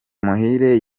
muhire